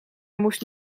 moest